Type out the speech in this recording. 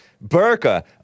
Burka